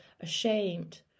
ashamed